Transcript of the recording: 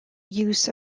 use